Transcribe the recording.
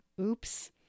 Oops